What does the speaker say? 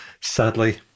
sadly